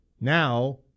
Now